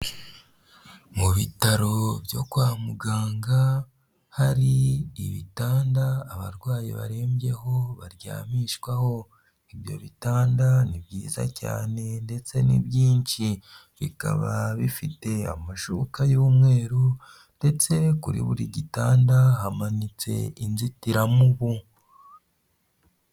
Mu bitaro byo kwa muganga, hari ibitanda abarwayi barembyeho baryamishwaho, ibyo bitanda ni byiza cyane ndetse ni byinshi, bikaba bifite amashuka y'umweru ndetse kuri buri gitanda hamanitse inzitiramubu.